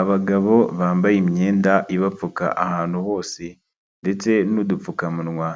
Abagabo bambaye imyenda ibapfuka ahantu hose ndetse n'udupfukamunwa,